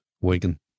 Wigan